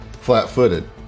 flat-footed